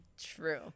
True